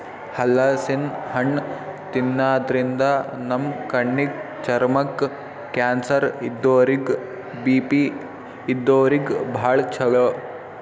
ಹಲಸಿನ್ ಹಣ್ಣ್ ತಿನ್ನಾದ್ರಿನ್ದ ನಮ್ ಕಣ್ಣಿಗ್, ಚರ್ಮಕ್ಕ್, ಕ್ಯಾನ್ಸರ್ ಇದ್ದೋರಿಗ್ ಬಿ.ಪಿ ಇದ್ದೋರಿಗ್ ಭಾಳ್ ಛಲೋ